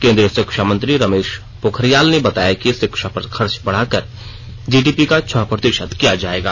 केंद्रीय शिक्षा मंत्री रमेश पोखरियाल ने बताया कि शिक्षा पर खर्च बढ़ाकर जीडीपी का छह प्रतिशत किया जाएगा